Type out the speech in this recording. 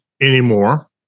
anymore